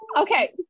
Okay